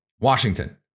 Washington